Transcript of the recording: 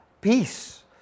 peace